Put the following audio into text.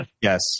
Yes